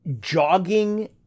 Jogging